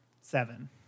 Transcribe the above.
seven